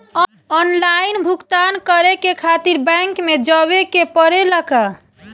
Online भुगतान करे के खातिर बैंक मे जवे के पड़ेला का?